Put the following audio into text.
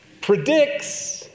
predicts